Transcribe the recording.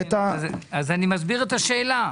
אני מסביר את השאלה.